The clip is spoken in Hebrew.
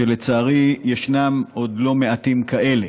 שלצערי ישנם עוד לא מעטים כאלה.